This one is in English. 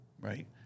right